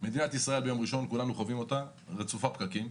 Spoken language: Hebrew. ביום ראשון כולנו חווים את מדינת ישראל כרצופת פקקים.